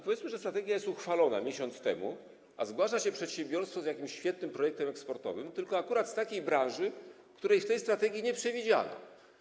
Powiedzmy, że strategia została uchwalona miesiąc temu, a zgłasza się przedsiębiorstwo z jakimś świetnym projektem eksportowym, tylko akurat z takiej branży, której w tej strategii nie przewidziano.